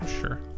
sure